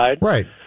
Right